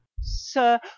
Sir